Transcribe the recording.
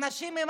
אלה אנשים עם